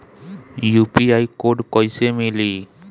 UPI code कैसे मिली?